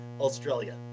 Australia